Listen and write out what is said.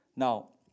Now